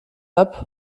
app